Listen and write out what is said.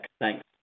Thanks